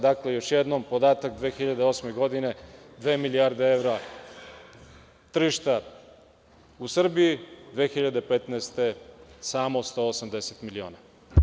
Dakle, još jednom, podatak 2008. godine - dve milijarde evra tržišta u Srbiji, 2015. godine – samo 180 miliona.